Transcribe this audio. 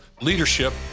Leadership